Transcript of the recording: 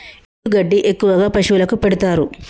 ఎండు గడ్డి ఎక్కువగా పశువులకు పెడుతారు